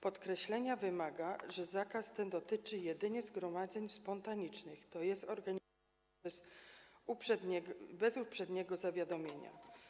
Podkreślenia wymaga, że zakaz ten dotyczy jedynie zgromadzeń spontanicznych, tj. organizowanych bez uprzedniego zawiadomienia.